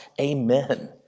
amen